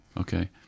Okay